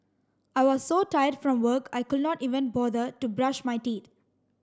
I was so tired from work I could not even bother to brush my teeth